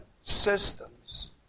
systems